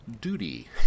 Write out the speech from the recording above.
duty